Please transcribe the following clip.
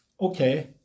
Okay